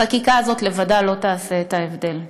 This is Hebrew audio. החקיקה הזאת לבדה לא תעשה את ההבדל.